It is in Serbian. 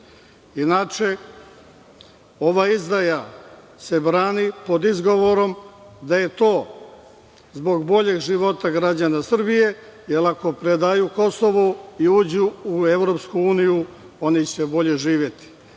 Srbije. Inače, ova izdaja se brani pod izgovorom da je to zbog boljeg života građana Srbije, jer ako predaju Kosovo i uđu u EU, oni će bolje živeti.